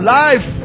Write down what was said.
life